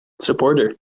supporter